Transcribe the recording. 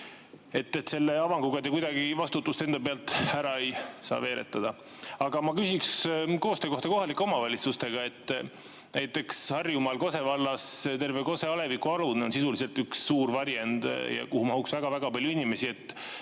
Selle avanguga te kuidagi vastutust enda pealt ära ei saanud veeretada. Aga ma küsiks koostöö kohta kohalike omavalitsustega. Näiteks Harjumaal Kose vallas on terve Kose aleviku alune sisuliselt üks suur varjend, kuhu mahuks väga-väga palju inimesi.